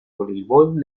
voleibol